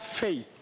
faith